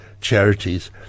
charities